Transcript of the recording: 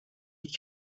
die